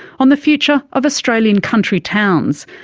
on the future of australian country towns.